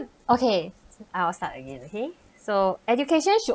okay I'll start again okay so education should